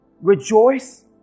Rejoice